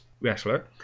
wrestler